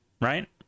right